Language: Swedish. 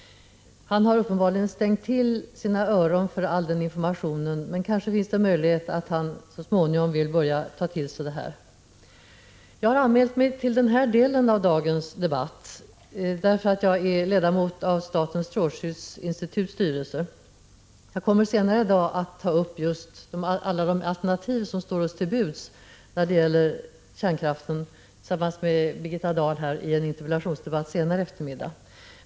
Han har uppenbarligen stängt till sina öron för all den informationen, men kanske är det möjligt att han så småningom vill börja ta till sig den. Jag har anmält mig till denna del av dagens debatt, därför att jag är ledamot av statens strålskyddsinstituts styrelse. Jag kommer senare i dag att i en interpellationsdebatt tillsammans med Birgitta Dahl ta upp just alla de alternativ som står oss till buds när det gäller kärnkraften.